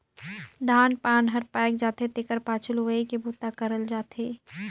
धान पान हर पायक जाथे तेखर पाछू लुवई के बूता करल जाथे